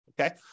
okay